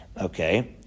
Okay